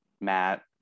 matt